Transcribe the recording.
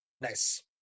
nice